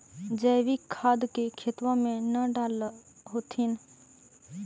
जैवीक खाद के खेतबा मे न डाल होथिं?